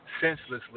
senselessly